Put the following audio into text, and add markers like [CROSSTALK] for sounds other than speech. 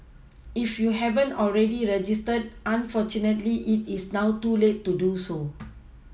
if you haven't already registered unfortunately it is now too late to do so [NOISE]